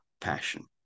passion